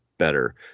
better